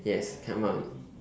yes come on